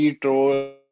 troll